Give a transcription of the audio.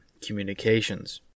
communications